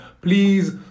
please